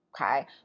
Okay